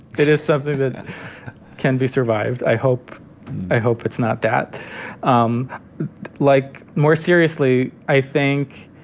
it is something that can be survived. i hope i hope it's not that um like more seriously, i think